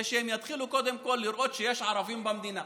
שהם יתחילו קודם כול לראות שיש ערבים במדינה,